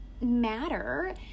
matter